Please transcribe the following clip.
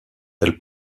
elle